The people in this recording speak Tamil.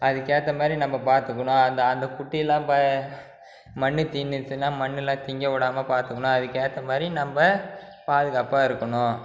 அதுக்கேற்ற மாதிரி நம்ம பார்த்துக்குணும் அந்த அந்த குட்டியெல்லாம் ப மண்ணு தின்றுச்சின்னா மண்ணுலாம் திங்க விடாம பார்த்துக்குணும் அதுக்கு ஏற்ற மாதிரி நம்ம பாத்துகாப்பாக இருக்கணும்